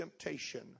temptation